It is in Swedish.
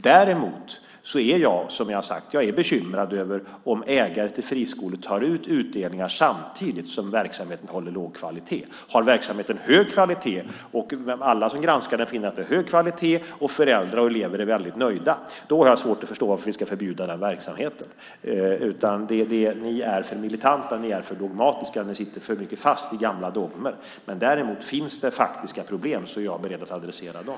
Däremot är jag bekymrad över om ägare till friskolor tar ut utdelningar samtidigt som verksamheten håller låg kvalitet. Har verksamheten hög kvalitet, och alla som granskar den finner att den har hög kvalitet och föräldrar och elever är väldigt nöjda, har jag svårt att förstå varför vi ska förbjuda den verksamheten. Ni är för militanta och dogmatiska. Ni sitter för mycket fast i gamla dogmer. Om det däremot finns faktiska problem är jag beredd att adressera dem.